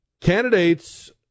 Candidates